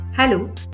Hello